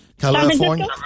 California